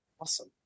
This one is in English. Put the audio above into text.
awesome